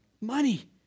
Money